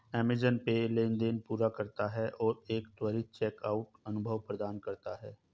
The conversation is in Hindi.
अमेज़ॅन पे लेनदेन पूरा करता है और एक त्वरित चेकआउट अनुभव प्रदान करता है